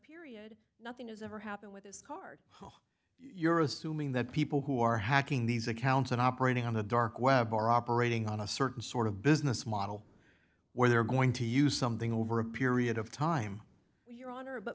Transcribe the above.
period nothing has ever happened with this card you're assuming that people who are hacking these accounts and operating on a dark web are operating on a certain sort of business model where they're going to use something over a period of time your honor but